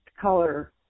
color